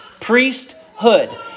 Priesthood